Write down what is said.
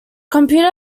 computer